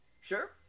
Sure